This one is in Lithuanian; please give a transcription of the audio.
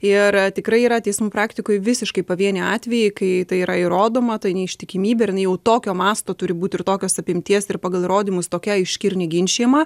ir tikrai yra teismų praktikoj visiškai pavieniai atvejai kai tai yra įrodoma tai neištikimybė ir jinai jau tokio masto turi būti ir tokios apimties ir pagal įrodymus tokia aiški ir neginčijama